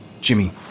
Jimmy